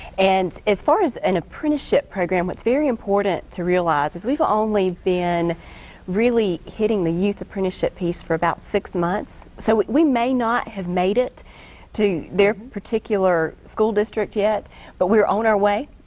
and as far as an apprenticeship program what's very important to realize is we've only been really hitting the youth apprenticeship piece for only about six months. so we may not have made it to their particular school district yet but we're on our way.